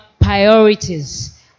priorities